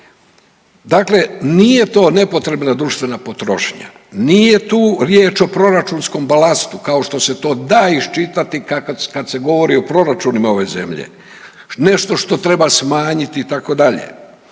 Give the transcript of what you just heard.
Dakle, nije to nepotrebna društvena potrošnja, nije tu riječ o proračunskom balastu kao što se to da iščitati kad se govori o proračunima ove zemlje, nešto što treba smanjiti itd., ovdje